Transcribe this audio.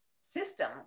system